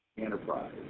enterprise